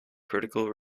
critical